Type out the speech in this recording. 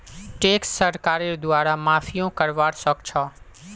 tax सरकारेर द्वारे माफियो करवा सख छ